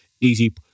easy